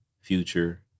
Future